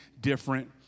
different